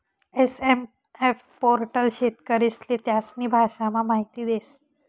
SMF portal शेतकरीस्ले त्यास्नी भाषामा माहिती देस